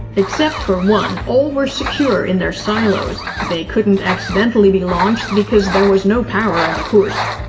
except for one, all were secure in their silos. they couldn't accidentally be launched, because there was no power on the kursk.